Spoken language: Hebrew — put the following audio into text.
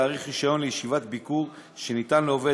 להאריך רישיון לישיבת ביקור שניתן לעובד